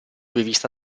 rivista